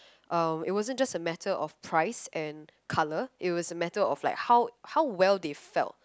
um it wasn't just the matter of price and colour it was a matter of like how how well they felt